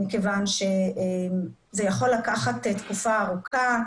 מכיוון שזה יכול לקחת תקופה ארוכה,